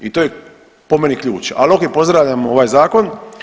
I to je po meni ključ, ali ok pozdravljam ovaj zakon.